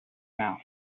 mouth